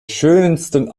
schönsten